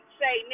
say